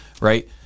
right